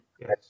Yes